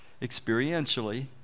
experientially